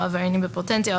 או עבריינים בפוטנציה,